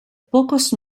pocos